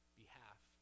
behalf